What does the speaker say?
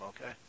okay